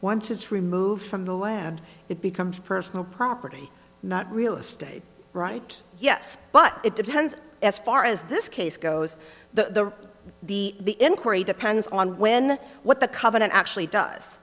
it's removed from the lab it becomes personal property not real estate right yes but it depends as far as this case goes the the the inquiry depends on when what the covenant actually does